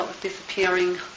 disappearing